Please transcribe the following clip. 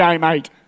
mate